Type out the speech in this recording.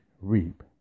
reap